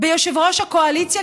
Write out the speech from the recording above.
ביושב-ראש הקואליציה,